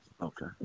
Okay